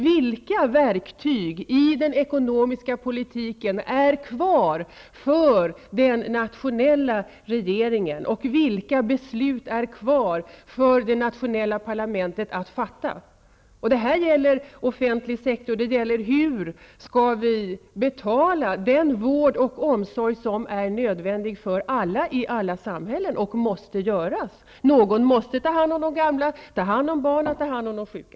Vilka verktyg finns kvar i den ekonomiska politiken för den nationella regeringen? Vilka beslut finns kvar för det nationella parlamentet att fatta? Det gäller offentlig sektor och hur vi skall betala den vård och omsorg som är nödvändig för alla i alla samhällen och som måste utföras. Någon måste ta hand om de gamla, barnen och de sjuka.